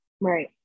right